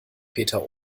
peter